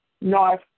North